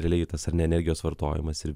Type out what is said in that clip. realiai tas ar ne energijos vartojimas ir